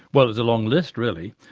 well there's a long list really.